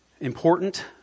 important